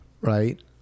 right